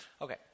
Okay